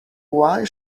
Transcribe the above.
why